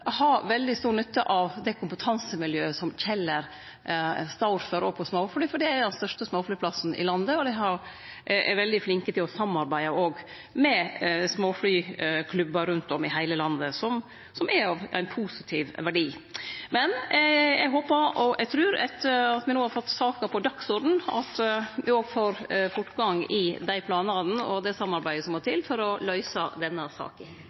har veldig stor nytte av det kompetansemiljøet som Kjeller står for òg på småfly, for det er den største småflyplassen i landet, og dei er veldig flinke til å samarbeide òg med småflyklubbar rundt om i heile landet, som er ein positiv verdi. Eg håpar og eg trur, etter at me no har fått saka på dagsordenen, at me får fortgang i dei planane og det samarbeidet som må til for å løyse denne saka. Dette er en viktig sak